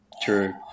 True